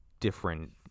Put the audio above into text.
different